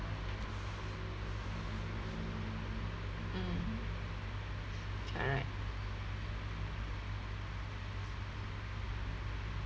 mm correct